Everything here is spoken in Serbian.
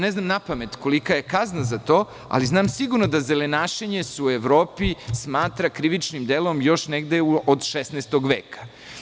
Ne znam napamet kolika je kazna, ali znam sigurno da se zelenašenje u Evropi smatra krivičnim delom još negde od 16. veka.